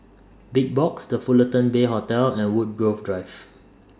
Big Box The Fullerton Bay Hotel and Woodgrove Drive